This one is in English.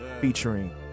featuring